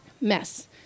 mess